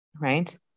right